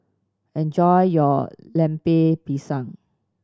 enjoy your Lemper Pisang